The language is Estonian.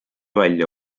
välja